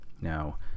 Now